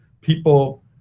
people